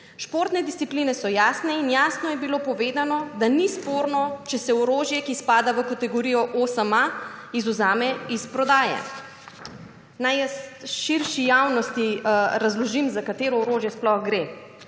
Športne discipline so jasne. In jasno je bilo povedano, da ni sporno, če se orožje, ki spada v kategorijo 8A izvzame iz prodaje. Naj širši javnosti razložim, za katero orožje sploh gre.